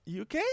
UK